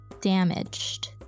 damaged